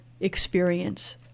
experience